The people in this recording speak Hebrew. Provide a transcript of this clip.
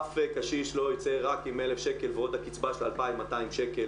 אף קשיש לא ייצא רק עם 1,000 שקל ועוד הקיצבה של 2,200 שקל,